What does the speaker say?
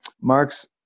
Marx